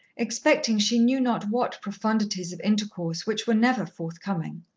expecting she knew not what profundities of intercourse which were never forthcoming.